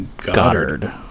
goddard